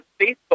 Facebook